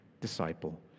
disciple